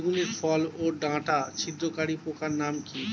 বেগুনের ফল ওর ডাটা ছিদ্রকারী পোকার নাম কি?